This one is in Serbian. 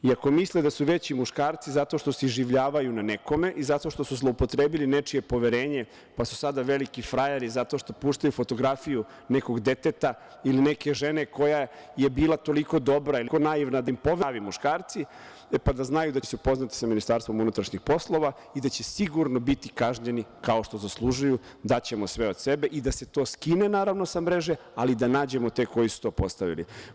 Ako misle da su veći muškarci zato što se iživljavaju na nekome i zato što su zloupotrebili nečije poverenje, pa su sada veliki frajeri zato što puštaju fotografiju nekog deteta ili neke žene koja je bila toliko dobra ili toliko naivna da im poveruje da su oni pravi muškarci, e pa da znaju da će se upoznati sa Ministarstvom unutrašnjih poslova i da će sigurno biti kažnjeni kao što zaslužuju, daćemo sve od sebe i da se to skine, naravno, sa mreže, ali i da nađemo te koji su to postavili.